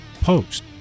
post